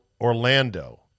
Orlando